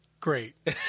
great